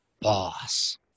boss